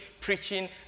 preaching